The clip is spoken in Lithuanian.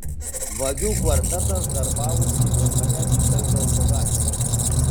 vagių kvartetas darbavosi vienoje diuseldorfo gatvėje